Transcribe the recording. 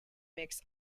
mix